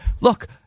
Look